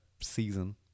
season